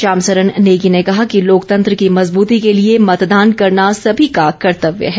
श्याम सरन नेगी ने कहा कि लोकतंत्र की मज़बूती के लिए मतदान करना सभी का कर्तव्य है